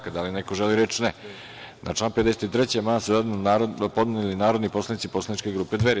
Da li neko želi reč? (Ne) Na član 53. amandman su zajedno podneli narodni poslanici poslaničke grupe Dveri.